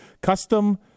custom